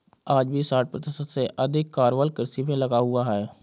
आज भी साठ प्रतिशत से अधिक कार्यबल कृषि में लगा हुआ है